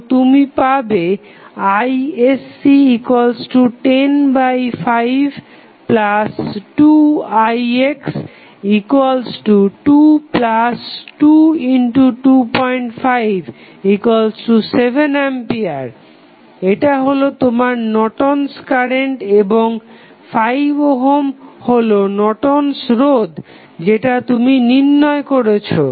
তো তুমি পাবে isc1052ix22257A এটা হলো তোমার নর্টন'স কারেন্ট Nortons current এবং 5 ওহম হলো নর্টন'স রোধ Nortons resistance যেটা তুমি নির্ণয় করেছো